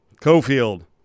Cofield